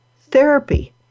therapy